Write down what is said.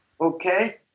Okay